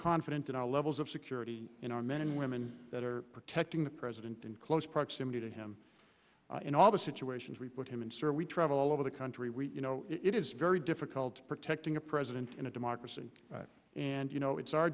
confident in our levels of security in our men and women that are protecting the president in close proximity to him in all the situations we put him in sir we travel all over the country we you know it is very difficult protecting a president in a democracy and you know it's our